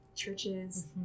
Churches